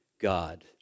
God